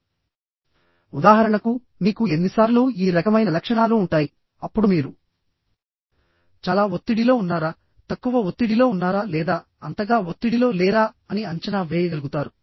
ఉదాహరణకు మీకు ఎన్నిసార్లు ఈ రకమైన లక్షణాలు ఉంటాయి అప్పుడు మీరు చాలా ఒత్తిడిలో ఉన్నారా తక్కువ ఒత్తిడిలో ఉన్నారా లేదా అంతగా ఒత్తిడిలో లేరా అని అంచనా వేయగలుగుతారు